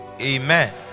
Amen